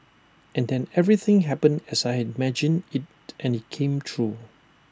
and then everything happened as I had imagined IT and IT came true